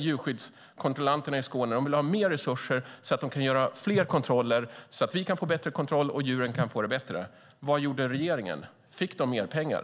Djurskyddskontrollanterna i Skåne ville ha mer resurser för att kunna göra fler kontroller, så att vi kan få bättre kontroll och djuren kan få det bättre. Vad gjorde regeringen? Fick de mer pengar?